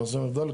במעשה או במחדל,